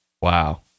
wow